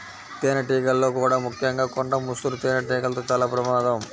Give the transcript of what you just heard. తేనెటీగల్లో కూడా ముఖ్యంగా కొండ ముసురు తేనెటీగలతో చాలా ప్రమాదం